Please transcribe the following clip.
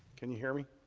can you hear me?